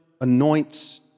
anoints